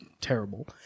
terrible